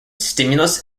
stimulus